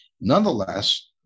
Nonetheless